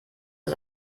das